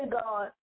God